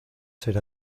ser